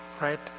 right